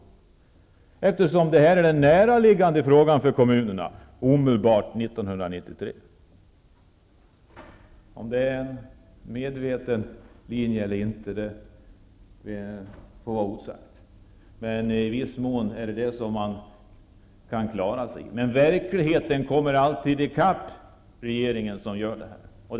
Det här är ju den näraliggande frågan för kommunerna inför 1993. Jag låter det vara osagt om det är en medveten linje eller inte. Men verkligheten kommer alltid ikapp den regering som gör så.